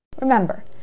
Remember